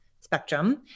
spectrum